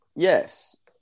Yes